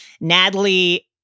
Natalie